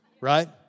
right